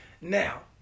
Now